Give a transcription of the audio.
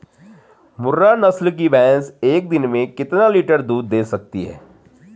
मुर्रा नस्ल की भैंस एक दिन में कितना लीटर दूध दें सकती है?